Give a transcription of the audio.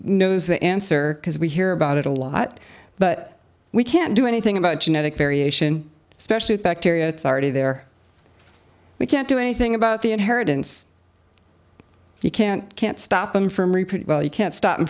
knows the answer because we hear about it a lot but we can't do anything about genetic variation especially the bacteria it's already there we can't do anything about the inheritance you can't can't stop them from reproduce well you can't stop them